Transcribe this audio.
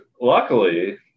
luckily